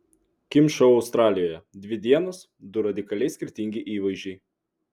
kim šou australijoje dvi dienos du radikaliai skirtingi įvaizdžiai